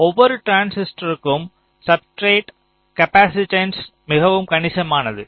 ஒவ்வொரு டிரான்சிஸ்டருக்கும் substrate capacitance மிகவும் கணிசமானது